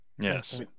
Yes